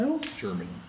Germany